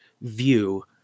view